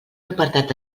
apartat